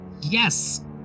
Yes